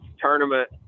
tournament